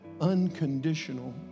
unconditional